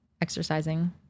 exercising